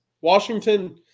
Washington